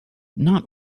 not